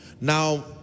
Now